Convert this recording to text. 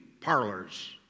parlors